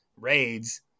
raids